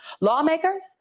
lawmakers